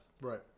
Right